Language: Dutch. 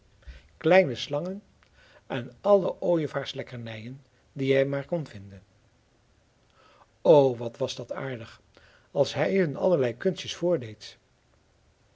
kleine slangen en alle ooievaarslekkernijen die hij maar kon vinden o wat was dat aardig als hij hun allerlei kunstjes voordeed